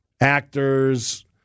actors